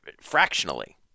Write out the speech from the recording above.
fractionally